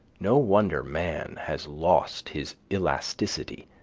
no wonder man has lost his elasticity.